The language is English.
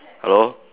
hello